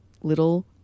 little